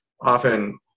often